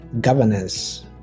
governance